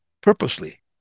purposely